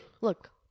Look